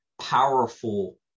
powerful